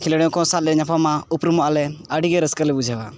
ᱠᱷᱮᱞᱳᱰᱤᱭᱟᱹ ᱠᱚ ᱥᱟᱶᱞᱮ ᱧᱟᱯᱟᱢᱟ ᱩᱯᱨᱩᱢᱚᱜ ᱟᱞᱮ ᱟᱹᱰᱤᱜᱮ ᱨᱟᱹᱥᱠᱟᱹᱞᱮ ᱵᱩᱡᱷᱟᱹᱣᱟ